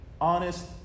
honest